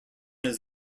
his